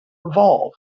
evolve